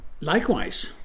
Likewise